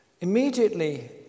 Immediately